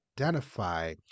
identify